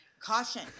caution